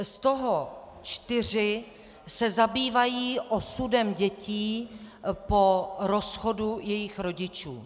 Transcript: Z toho čtyři se zabývají osudem dětí po rozchodu jejich rodičů.